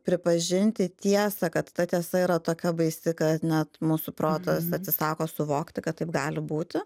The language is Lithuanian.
pripažinti tiesą kad ta tiesa yra tokia baisi kad net mūsų protas atsisako suvokti kad taip gali būti